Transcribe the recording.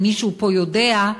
אם מישהו פה יודע,